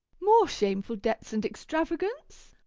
more shameful debts and extravagance?